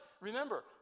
remember